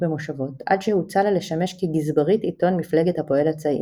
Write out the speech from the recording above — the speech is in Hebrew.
במושבות עד שהוצע לה לשמש כגזברית עיתון מפלגת הפועל הצעיר.